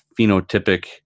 phenotypic